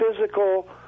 physical